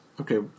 Okay